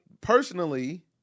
personally